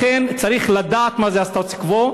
לכן, צריך לדעת מה זה הסטטוס-קוו.